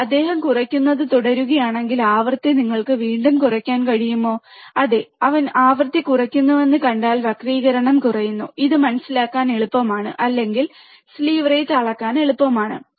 എന്നാൽ അദ്ദേഹം കുറയുന്നത് തുടരുകയാണെങ്കിൽ ആവൃത്തി നിങ്ങൾക്ക് വീണ്ടും കുറയ്ക്കാൻ കഴിയുമോ അതെ അവൻ ആവൃത്തി കുറയ്ക്കുന്നുവെന്ന് കണ്ടാൽ വക്രീകരണം കുറയുന്നു ഇത് മനസിലാക്കാൻ എളുപ്പമാണ് അല്ലെങ്കിൽ സ്ലീവ് റേറ്റ് അളക്കാൻ എളുപ്പമാണ്